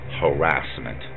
harassment